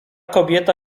kobieta